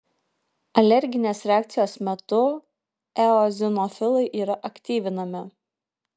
alerginės reakcijos metu eozinofilai yra aktyvinami